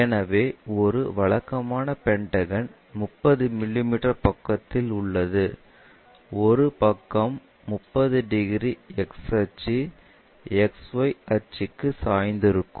எனவே ஒரு வழக்கமான பென்டகன் 30 மிமீ பக்கங்களில் உள்ளது ஒரு பக்கம் 30 டிகிரி X அச்சு XY அச்சுக்கு சாய்ந்திருக்கும்